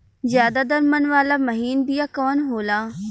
ज्यादा दर मन वाला महीन बिया कवन होला?